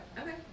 Okay